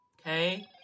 okay